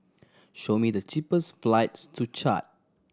show me the cheapest flights to Chad